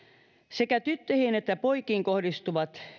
sekä tyttöihin että poikiin kohdistuvat